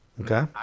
Okay